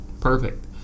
Perfect